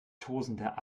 tosender